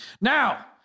Now